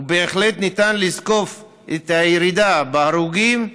ובהחלט ניתן לזקוף את הירידה בהרוגים,